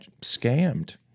scammed